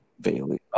Bailey